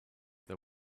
that